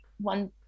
one